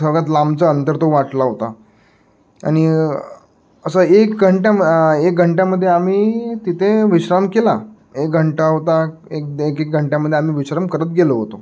सगळ्यात लांबचा अंतर तो वाटला होता आणि असं एक घंट्या एक घंट्यामध्ये आम्ही तिथे विश्राम केला एक घंटा होता एक दे एक एक घंट्यामध्ये आम्ही विश्राम करत गेलो होतो